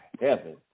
heaven